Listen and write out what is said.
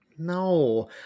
No